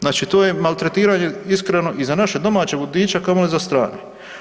Znači to je maltretiranje iskreno i za našeg domaćeg vodiča, kamoli za strane.